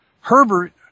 Herbert